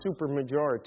supermajority